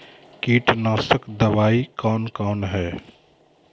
कीटनासक दवाई कौन कौन हैं?